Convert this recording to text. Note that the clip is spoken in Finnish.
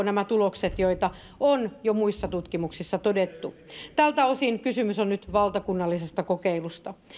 nämä tulokset joita on jo muissa tutkimuksissa todettu tältä osin kysymys on nyt valtakunnallisesta kokeilusta